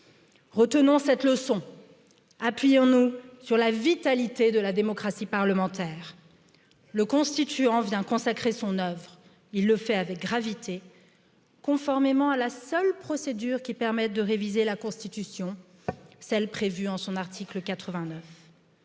retenons cette leçon appuyons nous sur la vitalité de la démocratie parlementaire le constituant vient consacrer son œuvre il le fait avec gravité conformément à la seule procédure qui permette de réviser la constitution celle prévue en son article